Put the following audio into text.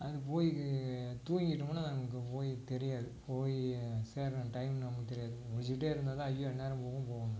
அது போய் தூங்கிட்டோம்னால் நமக்கு போய் தெரியாது போய் சேர்கிற டைம் நம்மளுக்குத் தெரியாது முழிச்சுட்டே இருந்தால் தான் ஐயோ எந்நேரம் போகும்ன்னு போகணும் நம்ம